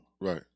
Right